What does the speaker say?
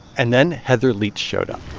and then heather leach showed up